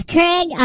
Craig